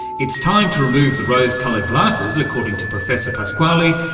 it's time to remove the rose-coloured glasses, according to professor pasquale,